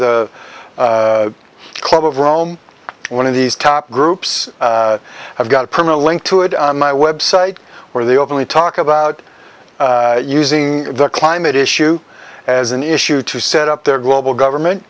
the club of rome one of these top groups i've got a permanent link to it on my website where they openly talk about using the climate issue as an issue to set up their global government